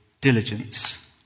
diligence